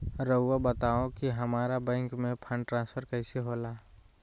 राउआ बताओ कि हामारा बैंक से फंड ट्रांसफर कैसे होला?